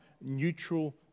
neutral